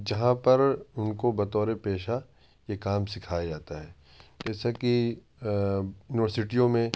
جہاں پر ان کو بطور پیشہ یہ کام سکھایا جاتا ہے جسیا کہ یونیورسٹیوں میں